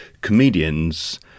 comedians